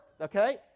okay